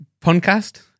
podcast